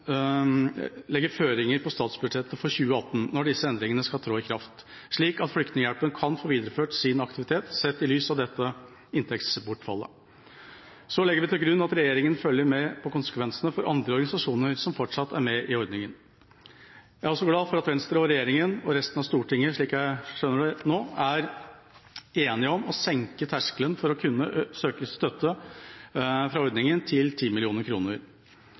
legger føringer for statsbudsjettet for 2018, når disse endringene skal tre i kraft, slik at Flyktninghjelpen kan få videreført sin aktivitet sett i lys av dette inntektsbortfallet. Så legger vi til grunn at regjeringa følger med på konsekvensene for andre organisasjoner som fortsatt er med i ordningen. Jeg er også glad for at Venstre og regjeringa og resten av Stortinget, slik jeg skjønner det nå, er enige om å senke terskelen for å kunne søke støtte fra ordningen til